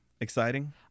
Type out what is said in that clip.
exciting